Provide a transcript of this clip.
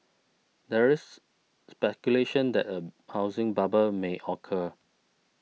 there is speculation that a housing bubble may occur